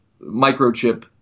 microchip